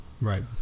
Right